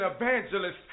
evangelist